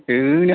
होनाहो